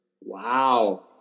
Wow